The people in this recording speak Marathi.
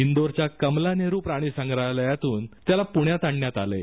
इंदोरच्या कमला नेहरू प्राणी संग्रहालयातून त्याला पूण्यात आणण्यात आलंय